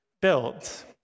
built